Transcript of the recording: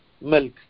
Milk